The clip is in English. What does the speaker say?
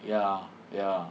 ya lah ya